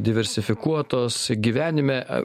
diversifikuotos gyvenime a